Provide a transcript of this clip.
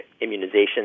immunization